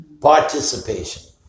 Participation